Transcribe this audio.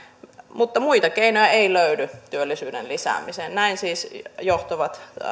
mutta muita keinoja ei löydy työllisyyden lisäämiseen näin siis johtavat